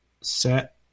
set